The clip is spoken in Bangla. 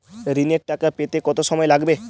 ঋণের টাকা পেতে কত সময় লাগবে?